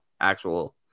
actual